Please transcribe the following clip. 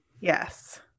Yes